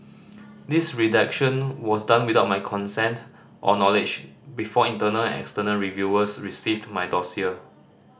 this redaction was done without my consent or knowledge before internal and external reviewers received my dossier